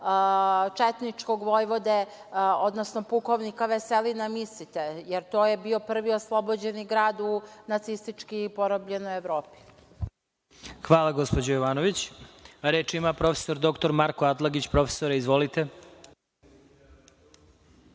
četničkog vojvode, odnosno pukovnika Veselina Misite, jer to je bio prvi oslobođeni grad u nacistički porobljenoj Evropi. **Vladimir Marinković** Hvala, gospođo Jovanović. Reč ima prof. dr Marko Atlagić. Profesore, izvolite.